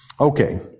okay